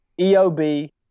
EOB